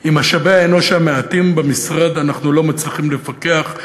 עם משאבי האנוש המעטים במשרד אנחנו לא מצליחים לפקח,